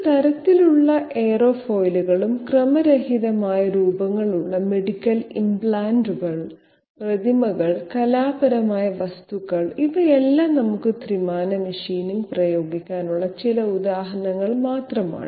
ഏത് തരത്തിലുള്ള എയ്റോഫോയിലുകളും ക്രമരഹിതമായ രൂപങ്ങൾ ഉള്ള മെഡിക്കൽ ഇംപ്ലാന്റുകൾ പ്രതിമകൾ കലാപരമായ വസ്തുക്കൾ ഇവയെല്ലാം നമുക്ക് ത്രിമാന മെഷീനിംഗ് പ്രയോഗിക്കാനുള്ള ചില ഉദാഹരണങ്ങൾ മാത്രമാണ്